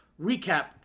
recap